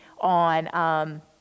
on